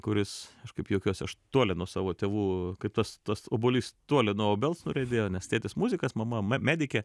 kuris kaip juokiuosi aš toli nuo savo tėvų kaip tas tas obuolys toli nuo obels nuriedėjo nes tėtis muzikas mama m medikė